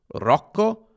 Rocco